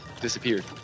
disappeared